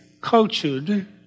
cultured